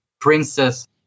princess